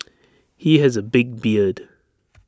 he has A big beard